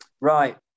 Right